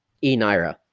e-Naira